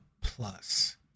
Plus